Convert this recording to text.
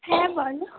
হ্যাঁ বলো